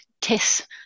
tests